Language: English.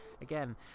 again